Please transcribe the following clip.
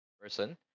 person